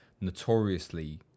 notoriously